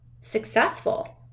successful